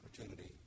opportunity